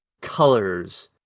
colors